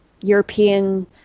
European